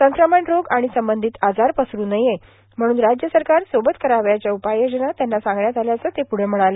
संक्रमण रोग आणि संबंधित आजार पसरू नये म्हणून राज्य सरकार सोबत करावयाच्या उपाययोजना त्यांना सांगण्यात आल्याचं ते प्रढं म्हणाले